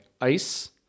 ice